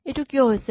এইটো কিয় হৈছে